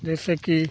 जैसे कि